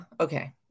okay